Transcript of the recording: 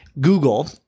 Google